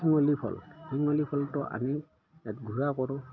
শিঙলী ফল শিঙলী ফলটো আমি ইয়াত গুড়া কৰোঁ